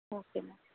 okay ma'am